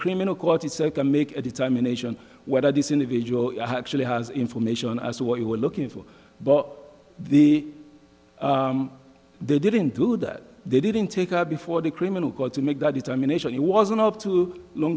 criminal court the second make a determination whether this individual actually has information as to what you were looking for but the they didn't do that they didn't take up before the criminal court to make that determination it wasn't up to